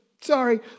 sorry